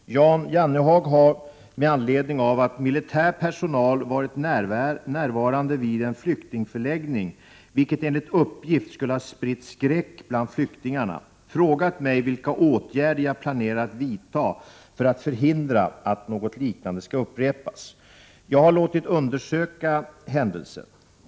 Herr talman! Jan Jennehag har, med anledning av att militär personal varit närvarande vid en flyktingförläggning, vilket enligt uppgift skulle ha spritt skräck bland flyktingarna, frågat mig vilka åtgärder jag planerar att vidta för att förhindra att något liknande skall upprepas. Jag har låtit undersöka händelsen.